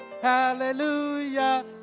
Hallelujah